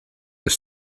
this